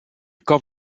kan